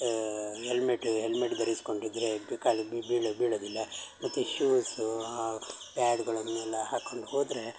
helmet helmet ಧರಿಸ್ಕೊಂಡಿದ್ರೆ ಬಿಕಾಲಿ ಬಿ ಬೀಳೋ ಬೀಳೋದಿಲ್ಲ ಮತ್ತು ಶೂಸು ಆ ಪ್ಯಾಡುಗಳನ್ನೆಲ್ಲ ಹಾಕೊಂಡು ಹೋದರೆ